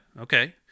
Okay